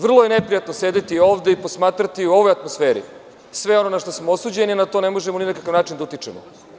Vrlo je neprijatno sedeti ovde i posmatrati u ovoj atmosferi sve ono na šta smo osuđeni i da na to ne možemo ni na kakav način da utičemo.